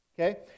Okay